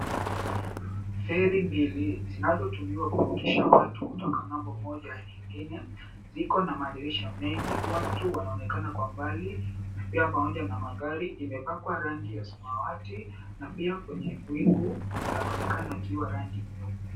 Feri mbili zinazo tumiwa kuvukisha watu kutoka ngambo moja hadi ingine, ziko na madirisha mengi. Watu wanaonekana kwa mbali na pia pamoja na magari imepakwa rangi ya samawati na pia kwenye wingu yanaonekana yakiwa rangi nyeupe.